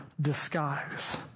disguise